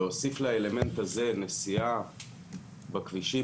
להוסיף לאלמנט הזה נסיעה בכבישים